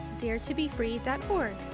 daretobefree.org